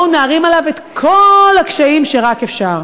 בואו נערים עליו את כל הקשיים שרק אפשר.